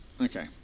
Okay